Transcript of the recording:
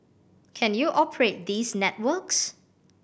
can you operate these networks